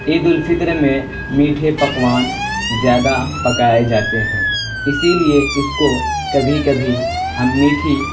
عید الفطر میں میٹھے پکوان زیادہ پکائے جاتے ہیں اسی لیے اس کو کبھی کبھی ہم میٹھی